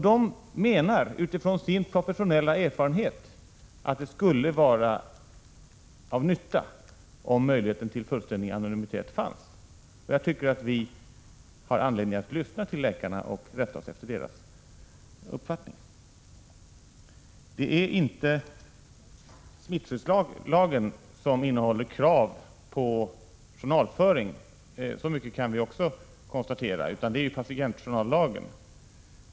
De menar, utifrån sin professionella erfarenhet, att det skulle vara av nytta om möjligheten till fullständig anonymitet fanns. Jag tycker att vi har anledning att lyssna till läkarna och rätta oss efter deras uppfattning. Det är inte smittskyddslagen som innehåller krav på journalföring — så mycket kan vi också konstatera — utan det är patientjournallagen.